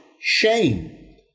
shame